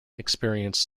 experienced